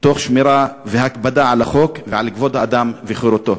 תוך שמירה והקפדה על החוק ועל כבוד האדם וחירותו.